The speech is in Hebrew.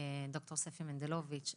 ד"ר ספי מנדלוביץ'.